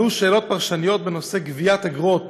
עלו שאלות פרשניות בנושא גביית אגרות